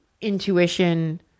intuition